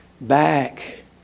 back